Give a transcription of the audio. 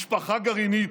משפחה גרעינית.